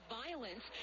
violence